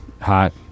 hot